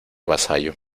vasallo